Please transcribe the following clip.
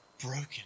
broken